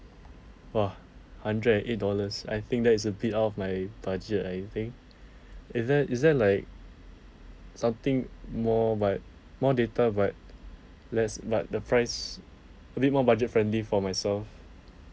!wah! hundred and eight dollars I think that is a bit out of my budget I think is there is there like something more but more data but less but the price a bit more budget friendly for myself